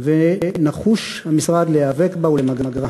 והמשרד נחוש להיאבק בה ולמגרה.